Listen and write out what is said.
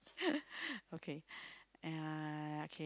okay uh